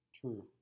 True